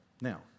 Now